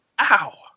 Ow